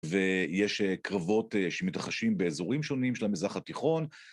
ויש קרבות שמתרחשים באזורים שונים של המזרח התיכון.